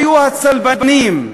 היו הצלבנים,